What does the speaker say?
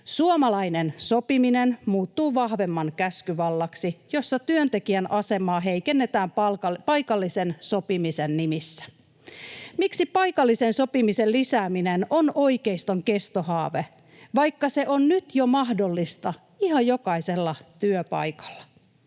Suomalainen sopiminen muuttuu vahvemman käskyvallaksi, jolla työntekijän asemaa heikennetään paikallisen sopimisen nimissä. Miksi paikallisen sopimisen lisääminen on oikeiston kestohaave, vaikka se on jo nyt mahdollista ihan jokaisella työpaikalla?